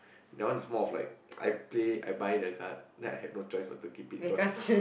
that one is more of like I Play I buy the card then I had no choice but to keep it because